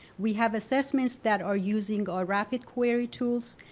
we have assessments that are using our rapid query tools,